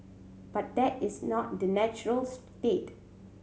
but that is not the natural state